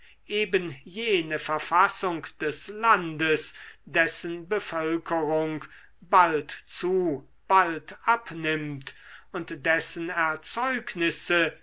eben jene verfassung des landes dessen bevölkerung bald zu bald abnimmt und dessen erzeugnisse